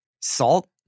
Salt